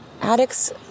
addicts